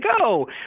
go